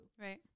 right